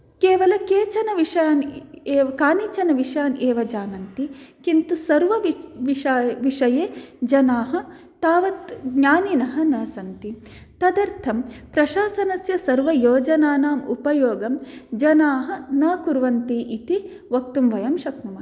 केवल केचन विषयान् एव कानिचन विषयान् एव जानन्ति किन्तु सर्वविषाये विषये जनाः तावत् ज्ञानिनः न सन्ति तदर्थं प्रशासनस्य सर्वयोजनानाम् उपयोगं जनाः न कुर्वन्ति इति वक्तुं वयं शक्नुमः